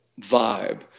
vibe